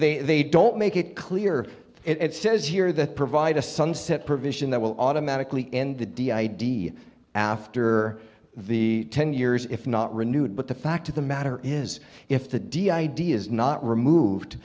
they they don't make it clear it says here that provide a sunset provision that will automatically end the d i d after the ten years if not renewed but the fact of the matter is if the d id is not removed